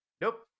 Nope